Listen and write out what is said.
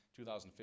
2015